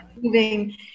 moving